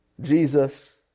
Jesus